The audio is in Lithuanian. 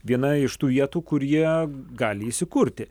viena iš tų vietų kur jie gali įsikurti